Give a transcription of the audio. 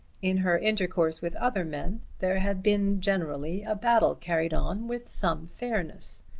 in her intercourse with other men there had been generally a battle carried on with some fairness.